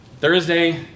Thursday